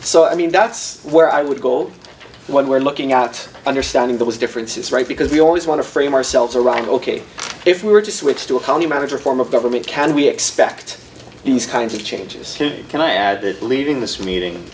so i mean that's where i would go when we're looking out understanding those differences right because we always want to frame ourselves around ok if we were to switch to a county manager form of government can we expect these kinds of changes can i add that leading this meeting